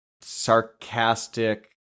sarcastic